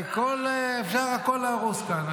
ואפשר הכול להרוס כאן.